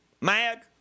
mad